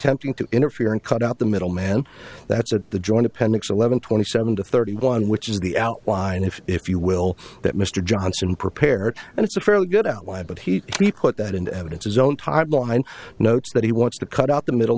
attempting to interfere and cut out the middleman that's at the joint appendix eleven twenty seven to thirty one which is the outline if if you will that mr johnson prepared and it's a fairly good outline but he put that into evidence his own hotline notes that he wants to cut out the middle